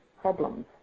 problems